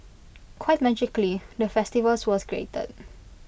quite magically the festivals was created